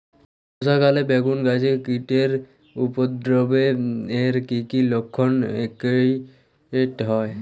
বর্ষা কালে বেগুন গাছে কীটের উপদ্রবে এর কী কী লক্ষণ প্রকট হয়?